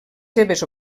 seves